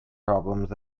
problems